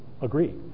agree